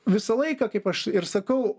visą laiką kaip aš ir sakau